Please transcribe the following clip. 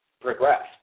progressed